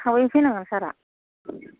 थाबैनो फैनांगोन सारा